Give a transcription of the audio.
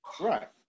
Right